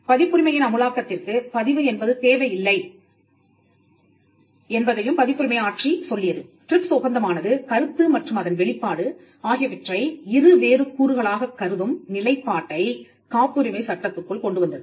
பதிப்புரிமையின் அமுலாக்கத்திற்கு பதிவு என்பது தேவையில்லை என்பதையும் பதிப்புரிமை ஆட்சி சொல்லியது டிரிப்ஸ் ஒப்பந்தமானது கருத்து மற்றும் அதன் வெளிப்பாடு ஆகியவற்றை இரு வேறு கூறுகளாகக் கருதும் நிலைப்பாட்டைக் காப்புரிமை சட்டத்துக்குள் கொண்டு வந்தது